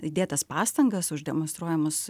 įdėtas pastangas už demonstruojamus